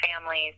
families